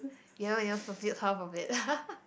you haven't even fulfilled half of it